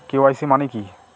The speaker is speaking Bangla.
কে.ওয়াই.সি মানে কি?